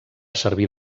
servir